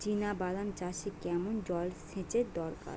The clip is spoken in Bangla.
চিনাবাদাম চাষে কেমন জলসেচের দরকার?